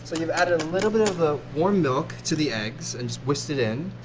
so you've added a little bit of ah warm milk to the eggs and whisked it in.